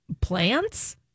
Plants